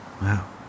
Wow